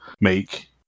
make